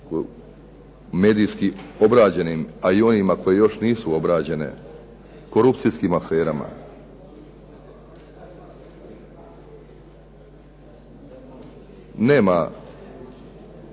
medijskim obrađenim, a i onima koji još nisu obrađene korupcijskim aferama nema